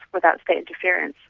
without state interference.